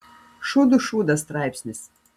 šūdų šūdas straipsnis